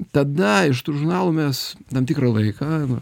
tada iš tų žurnalų mes tam tikrą laiką